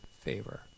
favor